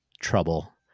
trouble